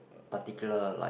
particular like